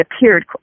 appeared